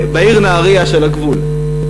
בעיר נהרייה שעל הגבול.